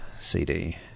CD